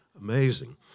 Amazing